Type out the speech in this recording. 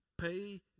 pay